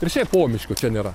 ir šiaip pomiškio čia nėra